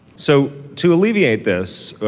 so to alleviate this,